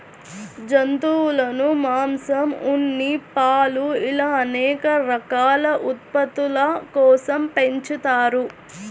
జంతువులను మాంసం, ఉన్ని, పాలు ఇలా అనేక రకాల ఉత్పత్తుల కోసం పెంచుతారు